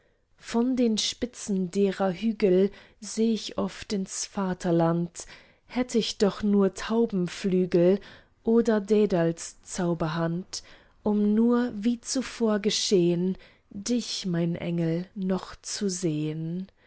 von den spitzen derer hügel seh ich oft ins vaterland hätt ich doch nur taubenflügel oder dädals zauberhand um nur wie zuvor geschehn dich mein engel noch zu sehn